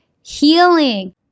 healing